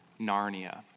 Narnia